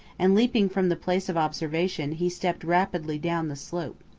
and leaping from the place of observation he stepped rapidly down the slope.